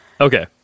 Okay